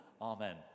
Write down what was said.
Amen